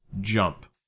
jump